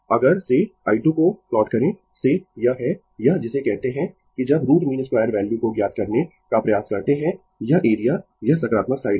अगर से i 2 को प्लॉट करें से यह है यह जिसे कहते है कि जब रूट मीन 2 वैल्यू को ज्ञात करने का प्रयास करते है यह एरिया यह सकारात्मक साइड है